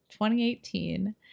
2018